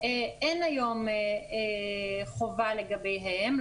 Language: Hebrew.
אין היום חובה לגביהם,